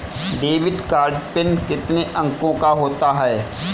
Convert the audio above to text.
Debit card PIN कितने अंकों का होता है?